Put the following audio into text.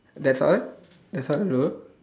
that's all right that's all to do